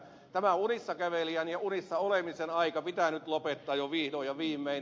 tämä unissakävelijän ja unissaolemisen aika pitää nyt lopettaa jo vihdoin ja viimein